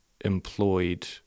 employed